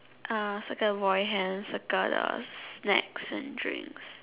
uh circle boy hand circle the snacks and drinks